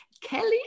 Kelly